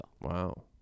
wow